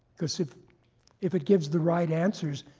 because if if it gives the right answers,